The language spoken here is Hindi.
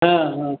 हाँ हाँ